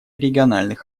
региональных